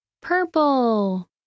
Purple